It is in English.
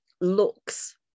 looks